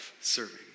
serving